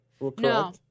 No